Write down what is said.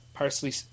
Parsley